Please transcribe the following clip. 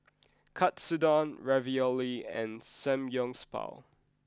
Katsudon Ravioli and Samgyeopsal